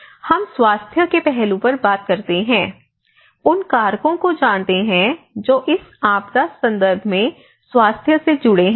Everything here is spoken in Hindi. हम स्वास्थ्य के पहलू पर बात करते हैं उन कारकों को जानते हैं जो इस आपदा संदर्भ में स्वास्थ्य से जुड़े हैं